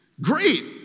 great